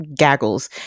gaggles